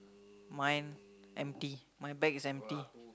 mine empty my bag is empty